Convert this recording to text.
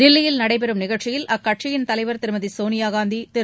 தில்லியில் நடைபெறும் நிகழ்ச்சியில் அக்கட்சியின் தலைவர் திருமதி சோனியா காந்தி திரு